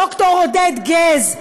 ד"ר עודד גז,